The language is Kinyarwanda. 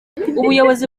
ubuyobozi